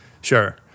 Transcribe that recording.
sure